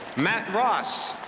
matt ross,